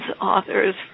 authors